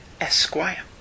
Esquire